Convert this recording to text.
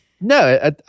No